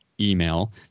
email